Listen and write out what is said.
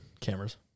Cameras